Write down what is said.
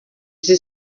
izi